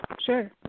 Sure